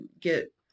get